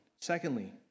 Secondly